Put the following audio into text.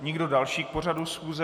Nikdo další k pořadu schůze.